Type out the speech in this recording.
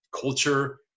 culture